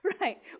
Right